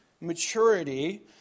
maturity